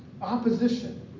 opposition